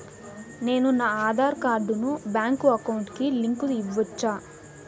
నేను నా ఆధార్ కార్డును బ్యాంకు అకౌంట్ కి లింకు ఇవ్వొచ్చా?